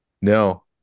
No